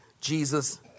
Jesus